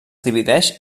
divideix